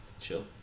chill